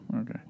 Okay